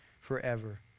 forever